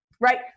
right